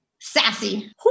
Sassy